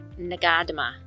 Nagadma